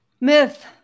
Myth